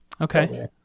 Okay